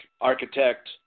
architect